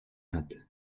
hat